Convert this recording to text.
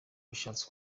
bishatse